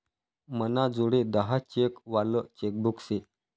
मनाजोडे दहा चेक वालं चेकबुक शे